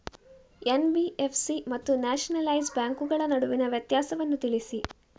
NBFC ಮತ್ತು nationalise ಬ್ಯಾಂಕುಗಳ ನಡುವಿನ ವ್ಯತ್ಯಾಸವನ್ನು ತಿಳಿಸಿ?